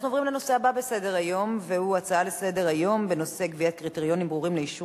אנחנו עוברים לנושא הבא בסדר-היום: קביעת קריטריונים ברורים לאישור